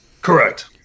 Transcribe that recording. Correct